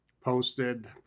posted